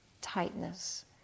tightness